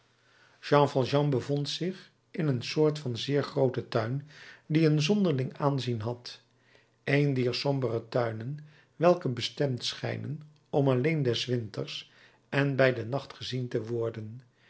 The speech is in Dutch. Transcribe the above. jean valjean bevond zich in een soort van zeer grooten tuin die een zonderling aanzien had een dier sombere tuinen welke bestemd schijnen om alleen des winters en bij den nacht gezien te worden